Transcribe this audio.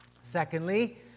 Secondly